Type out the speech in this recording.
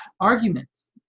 arguments